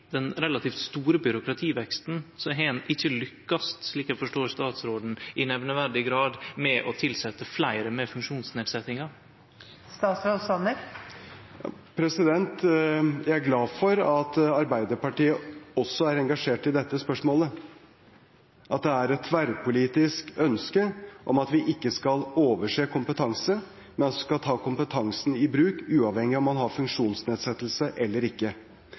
den relativt store byråkrativeksten har ein ikkje lykkast, slik eg forstår statsråden, i nemneverdig grad med å tilsetje fleire med nedsett funksjonsevne? Jeg er glad for at også Arbeiderpartiet er engasjert i dette spørsmålet, at det er et tverrpolitisk ønske om at vi ikke skal overse kompetanse – man skal ta kompetansen i bruk, uavhengig av om man har funksjonsnedsettelse eller ikke.